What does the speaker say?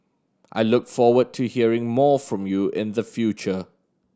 I look forward to hearing more from you in the future